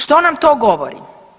Što nam to govori?